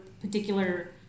particular